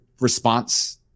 response